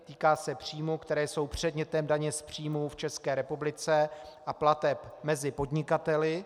Týká se příjmů, které jsou předmětem daně z příjmů v České republice a plateb mezi podnikateli.